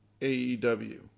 AEW